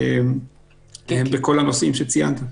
בכל הנושאים שציינתם.